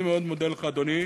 אני מאוד מודה לך, אדוני.